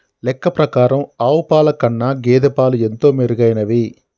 లెక్క ప్రకారం ఆవు పాల కన్నా గేదె పాలు ఎంతో మెరుగైనవి